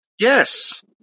Yes